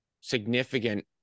significant